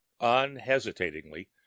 Unhesitatingly